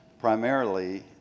primarily